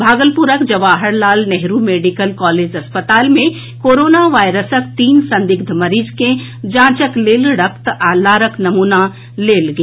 भागलपुरक Jawahar Lal Nehru medical college अस्पताल मे कोरोना वायरसक तीन संदिग्ध मरीज के जांचक लेल रक्त आ लारक नमूना लेल गेल